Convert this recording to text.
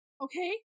Okay